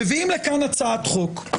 מביאים לכאן הצעת חוק,